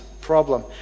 problem